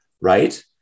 right